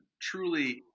truly